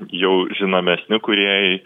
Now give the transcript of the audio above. jau žinomesni kūrėjai